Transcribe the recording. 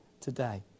today